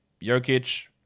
Jokic